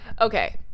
Okay